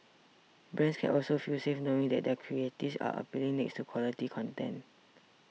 brands can also feel safe knowing that their creatives are appearing next to quality content